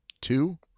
Two